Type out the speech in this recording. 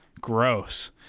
gross